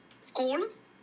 schools